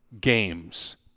games